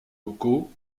locaux